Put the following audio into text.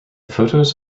photos